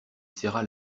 serra